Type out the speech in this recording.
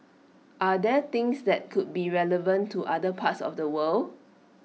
are there things that could be relevant to other parts of the world